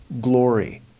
glory